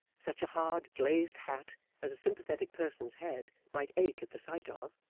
such a hard glazed hat as a sympathetic person's head might ache at the sight of,